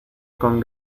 con